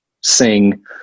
sing